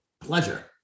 Pleasure